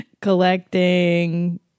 Collecting